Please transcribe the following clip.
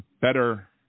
better